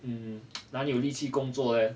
um 哪里有力气工作 leh